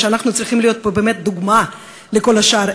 שאנחנו צריכים להיות פה באמת דוגמה לכל השאר,